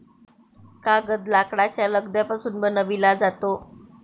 कागद लाकडाच्या लगद्यापासून बनविला जातो